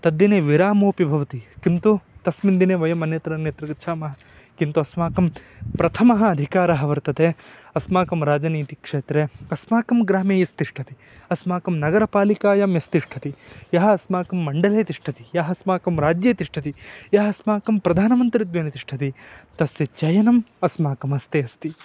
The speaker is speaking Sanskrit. तद्दिने विरामोपि भवति किन्तु तस्मिन् दिने वयमन्यत्र अन्यत्र गच्छामः किन्तु अस्माकं प्रथमः अधिकारः वर्तते अस्माकं राजनीतिक्षेत्रे अस्माकं ग्रामे यस्तिष्ठति अस्माकं नगरपालिकायां यस्तिष्ठति यः अस्माकं मण्डले तिष्ठति यः अस्माकं राज्ये तिष्ठति यः अस्माकं प्रधानमन्त्रीत्वेन तिष्ठति तस्य चयनम् अस्माकं हस्ते अस्ति